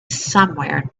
somewhere